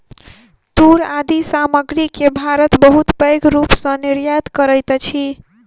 तूर आदि सामग्री के भारत बहुत पैघ रूप सॅ निर्यात करैत अछि